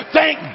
Thank